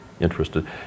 interested